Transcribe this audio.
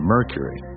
Mercury